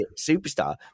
superstar